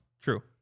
true